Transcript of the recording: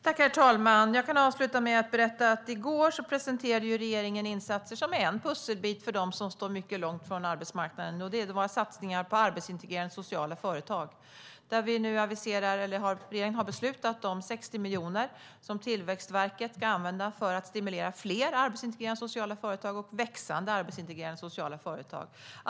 Herr talman! Jag kan avsluta med att berätta att regeringen i går presenterade insatser som är en pusselbit för dem som står mycket långt från arbetsmarknaden, nämligen våra satsningar på arbetsintegrerande sociala företag. Regeringen har beslutat om 60 miljoner som Tillväxtverket ska använda för att stimulera fler och växande arbetsintegrerande sociala företag.